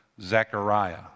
Zechariah